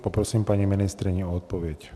Poprosím paní ministryni o odpověď.